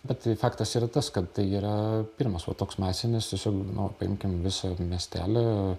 bet tai faktas yra tas kad tai yra pirmas va toks masinis tiesiog nu paimkim visą miestelį